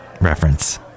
reference